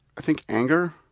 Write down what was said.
i think anger,